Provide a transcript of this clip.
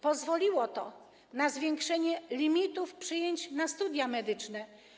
Pozwoliło to na zwiększenie limitów przyjęć na studia medyczne.